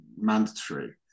mandatory